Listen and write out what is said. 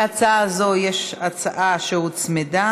להצעה זו יש הצעה שהוצמדה,